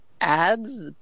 ads